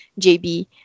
jb